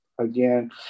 again